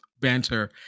banter